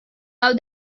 love